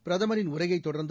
பிரதமரின் உரையைத் தொடர்ந்து